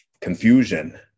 confusion